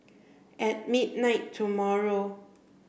at midnight tomorrow